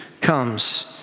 comes